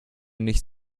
nicht